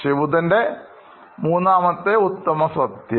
ശ്രീബുദ്ധൻ റെ മൂന്നാമത്തെ ഉത്തമ സത്യം